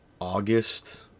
August